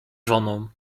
żoną